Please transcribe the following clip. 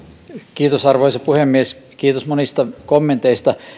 arvoisa puhemies kiitos monista kommenteista